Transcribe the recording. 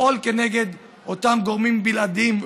לפעול כנגד אותם גורמים בלעדיים,